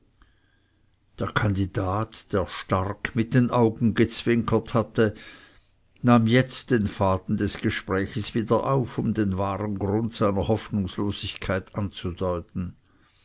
der kandidat der stark mit den augen gezwinkert hatte nahm jetzt den faden des gesprächs wieder auf um den wahren grund seiner hoffnungslosigkeit anzudeuten